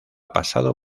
pasado